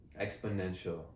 exponential